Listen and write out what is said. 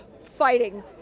fighting